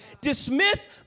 dismissed